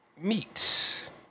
Meats